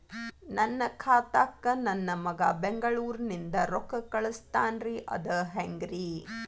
ನನ್ನ ಖಾತಾಕ್ಕ ನನ್ನ ಮಗಾ ಬೆಂಗಳೂರನಿಂದ ರೊಕ್ಕ ಕಳಸ್ತಾನ್ರಿ ಅದ ಹೆಂಗ್ರಿ?